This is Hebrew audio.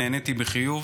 ונעניתי בחיוב.